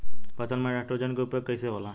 फसल में नाइट्रोजन के उपयोग कइसे होला?